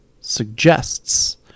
suggests